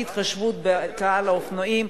בלי התחשבות בקהל האופנוענים,